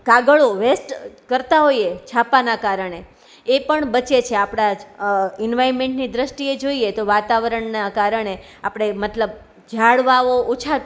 કાગળો વેસ્ટ કરતાં હોઈએ છાપાના કારણે એ પણ બચે છે આપણા જ ઈનવાયમેન્ટની દ્રષ્ટિએ જોઈએ તો વાતાવરણના કારણે આપણે મતલબ ઝાડવાઓ ઓછા